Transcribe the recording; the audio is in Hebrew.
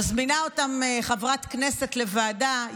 מזמינה אותם חברת כנסת לוועדה,